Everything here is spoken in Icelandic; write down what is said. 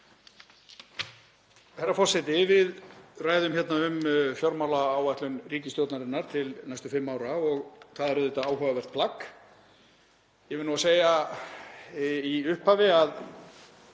Herra forseti. Við ræðum um fjármálaáætlun ríkisstjórnarinnar til næstu fimm ára og það er áhugavert plagg. Ég verð að segja í upphafi að